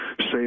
say